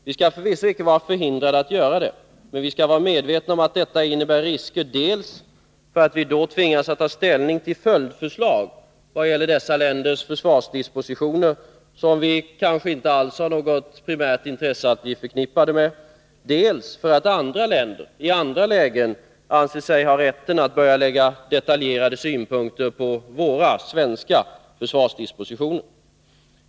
Vi skall förvisso icke vara förhindrade att göra det, men vi skall vara medvetna om att detta innebär risker — dels för att vi då tvingas ta ställning till följdförslag vad gäller dessa länders försvarsdispositioner, som vi kanske inte alls har något primärt intresse av att bli förknippade med, dels för att andra länder i andra lägen kan anse sig ha rätten att börja lägga detaljerade synpunkter på våra svenska försvarsdispositioner.